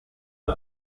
byo